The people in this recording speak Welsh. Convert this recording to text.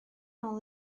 nol